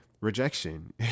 rejection